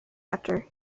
after